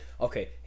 okay